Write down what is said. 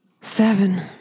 Seven